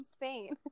insane